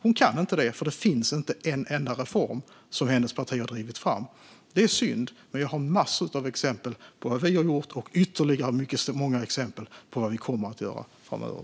Hon kan inte det, för det finns inte en enda reform som hennes parti har drivit fram. Det är synd, men jag har massor av exempel på vad vi har gjort och ytterligare många exempel på vad vi kommer att göra framöver.